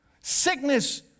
sickness